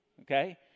Okay